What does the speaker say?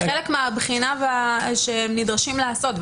זה חלק מהבחינה שהם נדרשים לעשות.